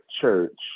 church